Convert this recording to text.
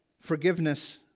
Forgiveness